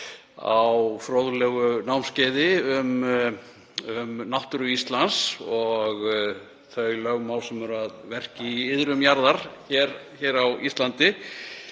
á fróðlegu námskeiði daglega um náttúru Íslands og þau lögmál sem eru að verki í iðrum jarðar hér á Íslandi,